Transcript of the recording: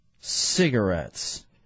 Cigarettes